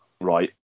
Right